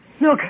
Look